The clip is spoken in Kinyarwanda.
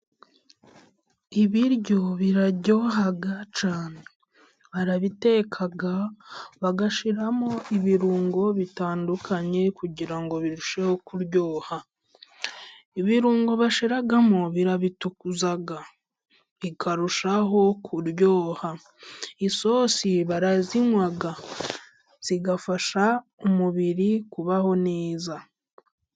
Ibiryo biraryoha cyane, barabiteka, bagashyiramo ibirungo bitandukanye kugira birusheho kuryoha, ibirungo bashyiramo birabitukuza bikarushaho kuryoha, isosi barazinywa igafasha umubiri kubaho neza.